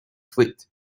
fleet